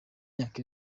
imyaka